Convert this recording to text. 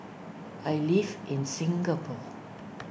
I live in Singapore